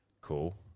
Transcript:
cool